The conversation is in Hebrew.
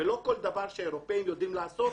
לא כל דבר שהאירופאים יודעים לעשות,